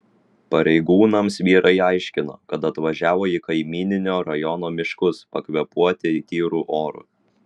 pareigūnams vyrai aiškino kad atvažiavo į kaimyninio rajono miškus pakvėpuoti tyru oru